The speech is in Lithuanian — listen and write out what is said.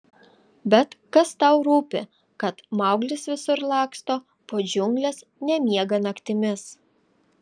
bet kas tau rūpi kad mauglis visur laksto po džiungles nemiega naktimis